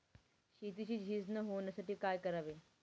शेतीची झीज न होण्यासाठी काय करावे?